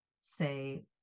say